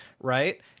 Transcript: right